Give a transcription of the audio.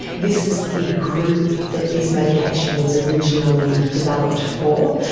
this is the group that this medication was originally developed for.